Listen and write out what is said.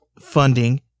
funding